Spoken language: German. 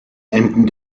enden